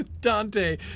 Dante